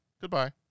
Goodbye